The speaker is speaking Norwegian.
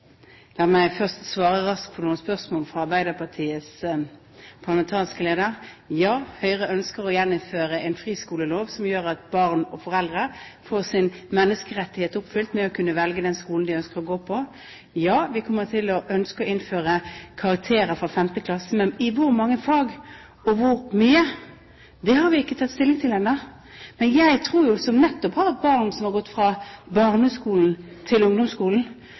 La meg først svare raskt på noen spørsmål fra Arbeiderpartiets parlamentariske leder. Ja, Høyre ønsker å gjeninnføre en friskolelov som gjør at barn og foreldre får sin menneskerettighet til å kunne velge den skolen de ønsker å gå på, oppfylt. Ja, vi kommer til å ønske å innføre karakterer fra femte klasse, men i hvor mange fag og hvor mye har vi ikke tatt stilling til ennå. Men jeg tror, som nettopp har hatt barn som har gått fra barneskolen til ungdomsskolen,